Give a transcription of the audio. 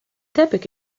debyg